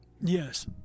Yes